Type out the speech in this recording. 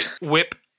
whip